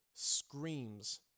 Screams